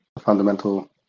fundamental